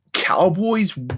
Cowboys